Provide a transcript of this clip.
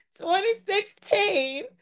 2016